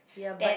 ya but